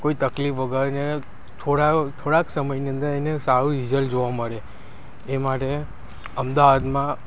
કોઈ તકલીફ વગર ને થોડા થોડાક સમયની અંદર એમને સારું રિજલ્ટ જોવા મળે એ માટે અમદાવાદમાં